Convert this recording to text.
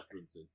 referencing